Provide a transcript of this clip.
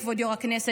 כבוד יו"ר הישיבה,